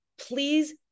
please